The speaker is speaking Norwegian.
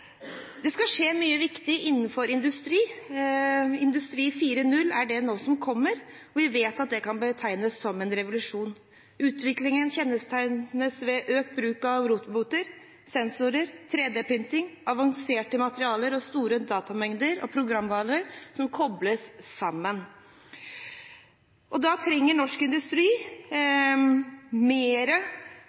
det som kommer nå. Vi vet at det kan betegnes som en revolusjon. Utviklingen kjennetegnes ved økt bruk av roboter, sensorer, 3D-printing, avanserte materialer og store datamengder og programvarer som kobles sammen. Da trenger norsk industri